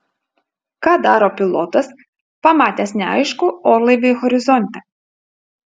ką daro pilotas pamatęs neaiškų orlaivį horizonte